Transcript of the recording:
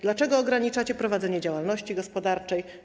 Dlaczego ograniczacie prowadzenie działalności gospodarczej?